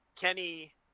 Kenny